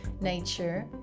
nature